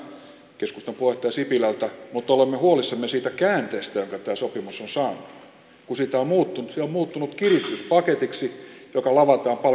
mutta olemme huolissamme siitä käänteestä jonka tämä sopimus on saanut kun se on muuttunut kiristyspaketiksi joka lavataan palkansaajien niskaan